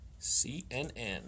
CNN